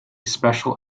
special